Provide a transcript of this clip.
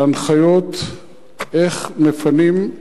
על הנחיות איך מפנים?